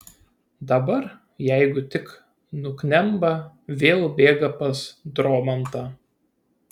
dabar jeigu tik nuknemba vėl bėga pas dromantą